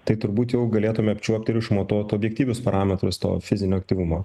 tai turbūt jau galėtume apčiuopt ir išmatuot objektyvius parametrus to fizinio aktyvumo